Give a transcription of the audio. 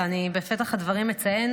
ובפתח הדברים אני אציין